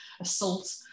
assault